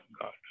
God